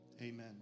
amen